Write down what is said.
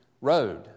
road